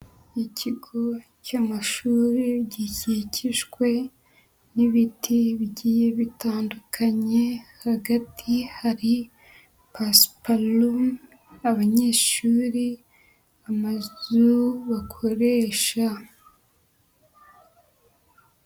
Ikigo cy'amashuri gikikijwe n'ibiti bigiye bitandukanye, hagati hari pasiparumu, abanyeshuri, amazu bakoresha.